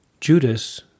Judas